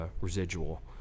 residual